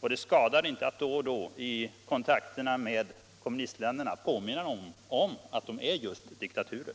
Det skadar inte att då och då, i kontakterna med kommunistländerna, påminna dem om att de är just diktaturer.